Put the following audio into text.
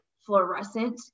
fluorescent